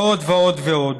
ועוד ועוד ועוד.